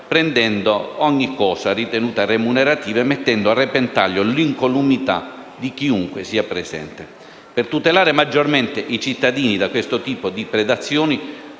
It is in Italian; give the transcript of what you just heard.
prendendo ogni cosa ritenuta remunerativa e mettendo a repentaglio l'incolumità di chiunque sia presente. Per tutelare maggiormente i cittadini da questo tipo di predazioni,